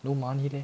no money leh